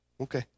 Okay